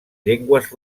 llengües